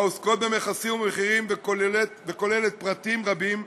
העוסקות במכסים ובמחירים וכוללות פרטים רבים,